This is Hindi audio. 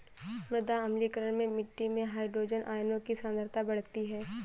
मृदा अम्लीकरण में मिट्टी में हाइड्रोजन आयनों की सांद्रता बढ़ती है